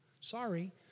Sorry